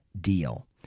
deal